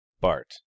Bart